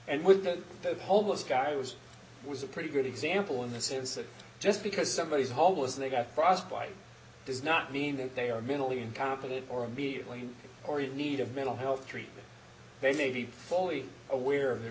and with the homeless guy was was a pretty good example in the sense that just because somebody is homos they got frostbite does not mean that they are mentally incompetent or immediately or in need of mental health treatment they may be fully aware of their